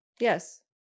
Yes